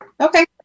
Okay